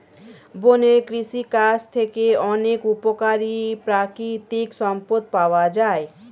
বনের কৃষিকাজ থেকে অনেক উপকারী প্রাকৃতিক সম্পদ পাওয়া যায়